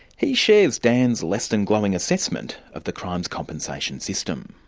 he shares dan's less than glowing assessment of the crimes compensation system.